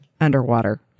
underwater